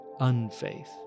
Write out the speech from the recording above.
unfaith